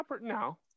No